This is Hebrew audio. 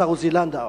השר עוזי לנדאו,